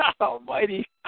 almighty